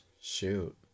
Shoot